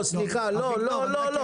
סליחה, לא, לא.